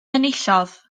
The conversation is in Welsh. enillodd